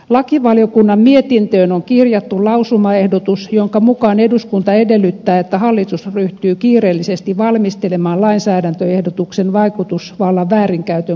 lakivaliokunnan mietintöön on kirjattu lausumaehdotus jonka mukaan eduskunta edellyttää että hallitus ryhtyy kiireellisesti valmistelemaan lainsäädäntöehdotuksen vaikutusvallan väärinkäytön kriminalisoimiseksi